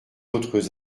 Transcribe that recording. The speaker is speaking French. autres